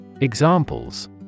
Examples